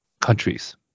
countries